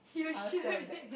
I'll accept that